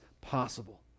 possible